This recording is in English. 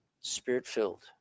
spirit-filled